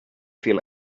feel